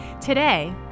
Today